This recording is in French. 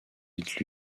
vite